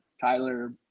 Tyler